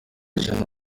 ijana